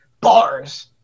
Bars